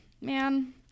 man